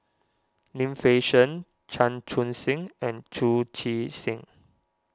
Lim Fei Shen Chan Chun Sing and Chu Chee Seng